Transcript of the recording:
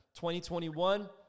2021